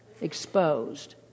exposed